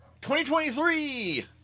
2023